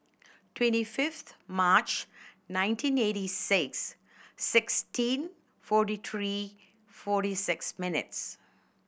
twenty fifth March nineteen eighty six sixteen forty three forty six minutes